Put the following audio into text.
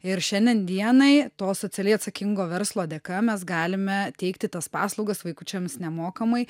ir šiandien dienai to socialiai atsakingo verslo dėka mes galime teikti tas paslaugas vaikučiams nemokamai